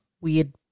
weird